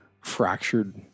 fractured